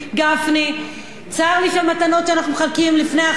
צר לי שהמתנות שאנחנו מחלקים לפני החגים זה העלאת המע"מ.